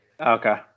Okay